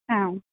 ആ